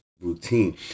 routine